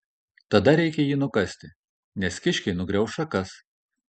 tada reikia jį nukasti nes kiškiai nugrauš šakas